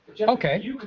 Okay